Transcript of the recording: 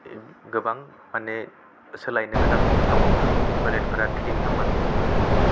गोबां माने सोलायनो गोनां दङ टयलेत फोरा क्लिन नङा जोंनि